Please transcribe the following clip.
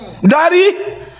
Daddy